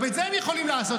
גם את זה הם יכולים לעשות,